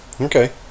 Okay